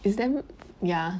it's damn ya